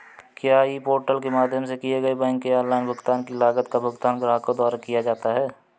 क्या e portal के माध्यम से किए गए बैंक के ऑनलाइन भुगतान की लागत का भुगतान ग्राहकों द्वारा किया जाता है?